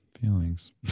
feelings